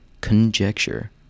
Conjecture